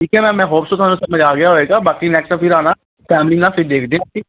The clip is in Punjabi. ਠੀਕ ਹੈ ਮੈਮ ਮੈਂ ਹੋਪ ਸੋ ਤੁਹਾਨੂੰ ਸਮਝ ਆ ਗਿਆ ਹੋਵੇਗਾ ਬਾਕੀ ਨੈਕਸਟ ਫਿਰ ਆਉਂਣਾ ਫੈਮਲੀ ਨਾਲ ਫਿਰ ਦੇਖਦੇ ਹਾਂ ਅਸੀਂ